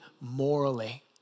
morally